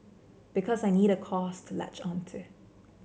because I need a cause to latch on to